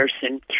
person